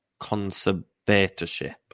conservatorship